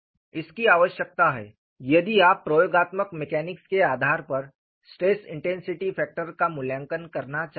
इसकी आवश्यकता है यदि आप प्रयोगात्मक मैकेनिक्स के आधार पर स्ट्रेस इंटेंसिटी फैक्टर का मूल्यांकन करना चाहते हैं